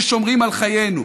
ששומרים על חיינו.